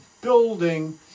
building